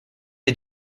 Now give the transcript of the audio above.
est